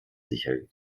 sicher